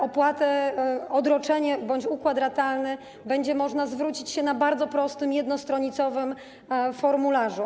O odroczenie bądź układ ratalny będzie można zwrócić się na bardzo prostym, 1-stronicowym formularzu.